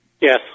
Yes